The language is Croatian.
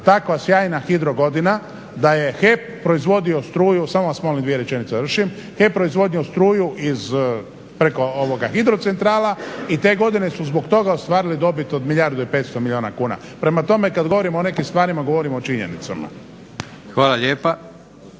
takva sjajna hidro godina da je HEP proizvodio struju, samo vas molim dvije rečenice da završim, HEP proizvodio struju preko hidrocentrala i te godine su zbog toga ostvarili dobit od milijardu i 500 milijuna kuna. Prema tome, kad govorimo o nekim stvarima govorimo o činjenicama. **Leko,